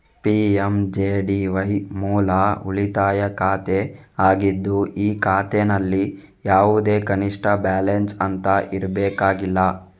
PMJDY ಮೂಲ ಉಳಿತಾಯ ಖಾತೆ ಆಗಿದ್ದು ಈ ಖಾತೆನಲ್ಲಿ ಯಾವುದೇ ಕನಿಷ್ಠ ಬ್ಯಾಲೆನ್ಸ್ ಅಂತ ಇರಬೇಕಾಗಿಲ್ಲ